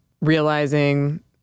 realizing